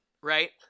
right